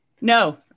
No